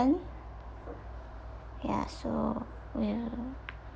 ya so ya